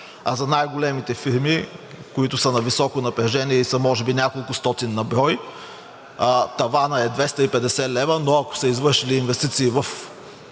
а за най-големите фирми, които са на високо напрежение и са може би няколкостотин на брой, таванът е 250 лв., но ако са извършили инвестиции в енергийна